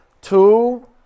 two